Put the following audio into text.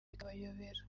bikabayobera